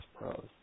pros